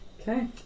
Okay